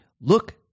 Look